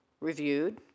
reviewed